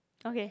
okay